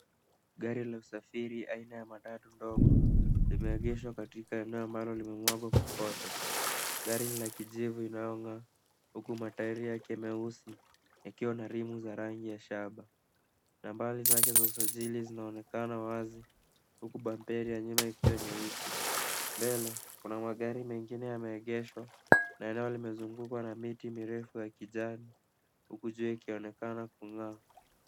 Gari la usafiri aina ya matatu ndogo limeegeshwa katika eneo ambalo limemwangwa kokoto. Gari hilo la kijivu inayong'gaa huku mataeri yake meusi yakiwa na rimu ya rangi ya shaba .Nambari zake za usajili zinaonekana wazi huku bamberi ya nyuma ikionekana kuwa nyeusi. Mbele kuna magari mengine yameegeshwa na eneo limezungukwa na miti mirefu ya kijani huku jua ikionekana kung'aa.